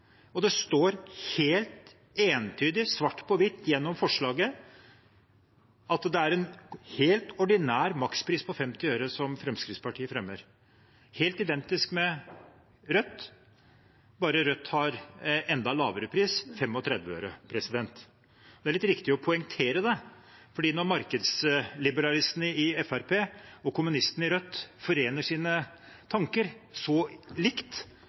også. Det står helt entydig, svart på hvitt, gjennom forslaget at det er en helt ordinær makspris på 50 øre som Fremskrittspartiet fremmer – helt identisk med Rødt, bare at Rødt har enda lavere pris, 35 øre. Det er litt viktig å poengtere det, for når markedsliberalistene i Fremskrittspartiet og kommunistene i Rødt forener sine tanker så likt,